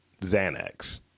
Xanax